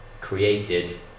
created